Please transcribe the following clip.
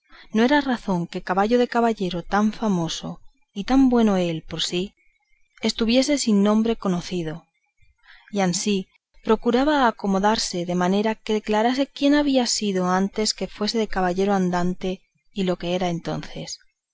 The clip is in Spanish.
no era razón que caballo de caballero tan famoso y tan bueno él por sí estuviese sin nombre conocido y ansí procuraba acomodársele de manera que declarase quién había sido antes que fuese de caballero andante y lo que era entonces